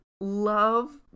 Love